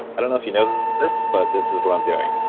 i don't know if you know this, but this is what i'm doing.